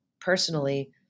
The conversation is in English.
personally